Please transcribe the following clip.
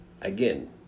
again